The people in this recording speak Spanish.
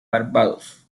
barbados